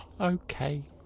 okay